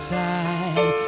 time